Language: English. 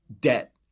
debt